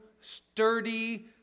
sturdy